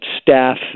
staff